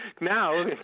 now